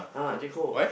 ah J-Co